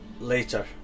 later